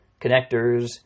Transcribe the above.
connectors